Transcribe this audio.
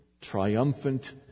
triumphant